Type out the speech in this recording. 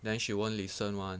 then she won't listen [one]